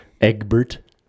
Egbert